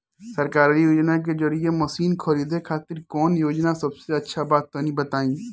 सरकारी योजना के जरिए मशीन खरीदे खातिर कौन योजना सबसे अच्छा बा तनि बताई?